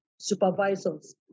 supervisors